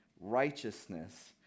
righteousness